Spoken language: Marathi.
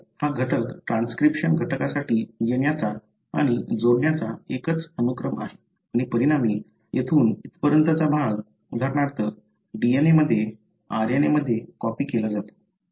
तर हा घटक ट्रान्सक्रिप्शन घटकांसाठी येण्याचा आणि जोडण्याचा एकच अनुक्रम आहे आणि परिणामी येथून इथपर्यंतचा भाग उदाहरणार्थ DNA मध्ये RNA मध्ये कॉपी केला जातो